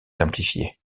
simplifier